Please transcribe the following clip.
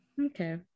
Okay